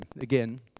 again